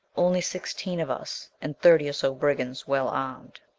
only sixteen of us. and thirty or so brigands well armed.